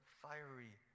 fiery